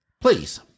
please